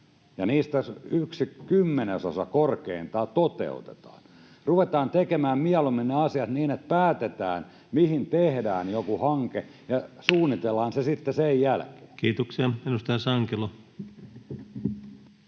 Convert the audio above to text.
niistä yksi kymmenesosa korkeintaan toteutetaan. Ruvetaan tekemään mieluummin asiat niin, että päätetään, mihin tehdään joku hanke, ja suunnitellaan se sitten sen jälkeen. Kiitoksia. — Edustaja Sankelo.